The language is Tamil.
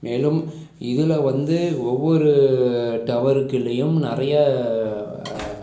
மேலும் இதில் வந்து ஒவ்வொரு டவருக்கீழேயும் நிறைய